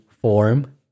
form